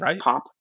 pop